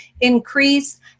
increase